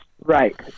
Right